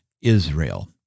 Israel